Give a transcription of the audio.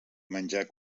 menjar